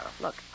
Look